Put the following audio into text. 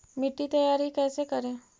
मिट्टी तैयारी कैसे करें?